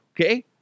Okay